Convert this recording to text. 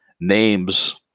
names